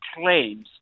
claims